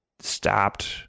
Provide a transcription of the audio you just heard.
stopped